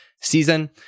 season